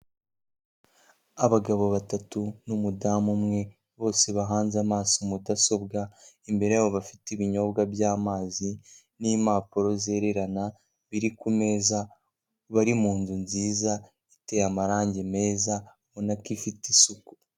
Abagabo batatu n'umudamu umwe bose bahanze amaso mudasobwa, imbere yabo bafite ibinyobwa by'amazi n'impapuro zererana biri ku meza bari mu nzu nziza iteye amarange meza ubona ko ifite isuku.